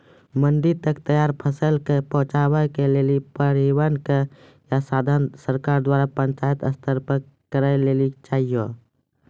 मंडी तक तैयार फसलक पहुँचावे के लेल परिवहनक या साधन सरकार द्वारा पंचायत स्तर पर करै लेली चाही?